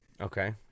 Okay